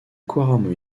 couramment